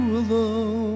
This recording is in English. alone